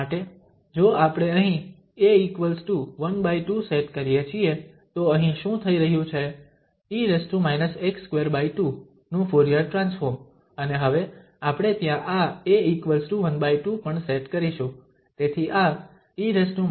માટે જો આપણે અહીં a12 સેટ કરીએ છીએ તો અહીં શું થઈ રહ્યું છે e−x22 નું ફુરીયર ટ્રાન્સફોર્મ અને હવે આપણે ત્યાં આ a12 પણ સેટ કરીશું તેથી આ e−α2 2 છે